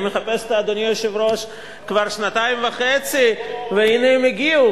אני מחפש אותה כבר שנתיים וחצי והנה הם הגיעו.